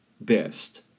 best